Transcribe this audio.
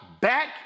back